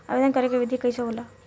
आवेदन करे के विधि कइसे होला?